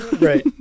right